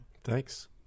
Thanks